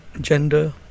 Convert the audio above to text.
gender